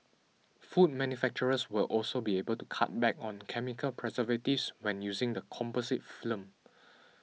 food manufacturers will also be able to cut back on chemical preservatives when using the composite film